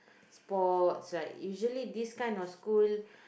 sports like usually this kind of school